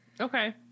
Okay